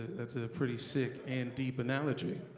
that's a pretty sick and deep analogy